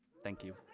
thank you.